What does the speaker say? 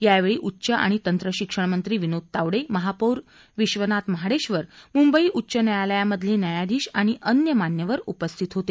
यावेळी उच्च आणि तंत्र शिक्षण मंत्री विनोद तावडे महापौर विश्वनाथ महाडेशर मुंबई उच्च न्यायालयामधले न्यायाधीश आणि अन्य मान्यवर उपस्थित होते